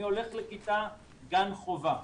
אני הולך לכיתת גן חובה.